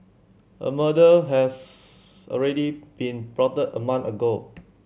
a murder has already been plotted a month ago